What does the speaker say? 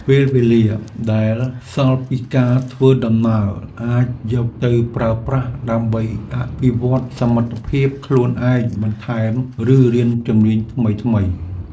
ពេលវេលាដែលសល់ពីការធ្វើដំណើរ អាចយកទៅប្រើប្រាស់ដើម្បីអភិវឌ្ឍសមត្ថភាពខ្លួនឯងបន្ថែម ឬរៀនជំនាញថ្មីៗ។